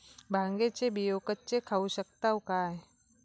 भांगे चे बियो कच्चे खाऊ शकताव काय?